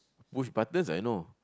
push buttons I know